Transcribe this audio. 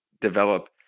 develop